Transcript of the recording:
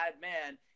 man